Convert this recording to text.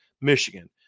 Michigan